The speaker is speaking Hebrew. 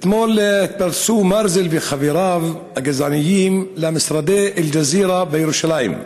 אתמול פרצו מרזל וחבריו הגזענים למשרדי אל-ג'זירה בירושלים,